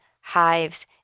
hives